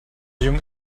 young